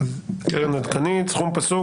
""קרן עדכנית" סכום פסוק,